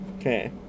Okay